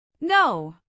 No